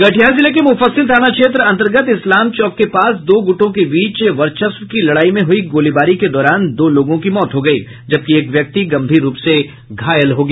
कटिहार जिले के मुफस्सिल थाना क्षेत्र अंतर्गत इस्लाम चौक के पास दो गुटों के बीच वर्चस्व की लड़ाई में हुई गोलीबारी के दौरान दो लोगों की मौत हो गयी जबकि एक व्यक्ति गंभीर रूप से घायल हो गया